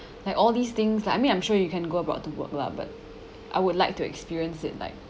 like all these things like I mean I'm sure you can go about to work lah but I would like to experience it like